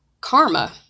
karma